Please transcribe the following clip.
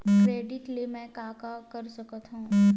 Credit ले मैं का का कर सकत हंव?